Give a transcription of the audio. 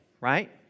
right